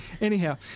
Anyhow